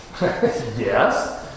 yes